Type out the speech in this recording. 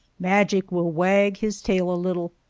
magic will wag his tail a little,